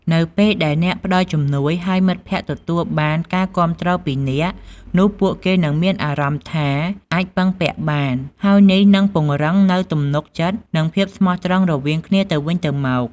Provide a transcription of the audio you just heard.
នៅពេលដែលអ្នកផ្តល់ជំនួយ ហើយមិត្តភក្តិទទួលបានការគាំទ្រពីអ្នក នោះពួកគេនឹងមានអារម្មណ៍ថាអាច ពឹងពាក់បាន ហើយនេះនឹងពង្រឹងនូវទំនុកចិត្ត និងភាពស្មោះត្រង់រវាងគ្នាទៅវិញទៅមក។